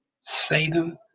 Satan